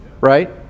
Right